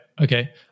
Okay